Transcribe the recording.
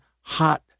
hot